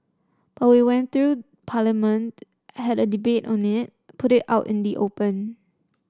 but we went through Parliament had a debate on it put it out in the open